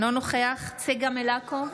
אינו נוכח צגה מלקו,